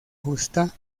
justa